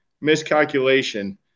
miscalculation